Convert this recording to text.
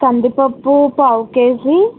కందిపప్పు పావు కేజీ